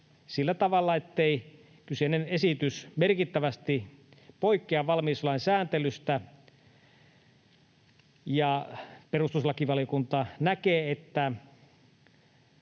sillä tavalla, ettei kyseinen esitys merkittävästi poikkea valmiuslain sääntelystä. Perustuslakivaliokunta näkee, että